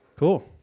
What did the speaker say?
Cool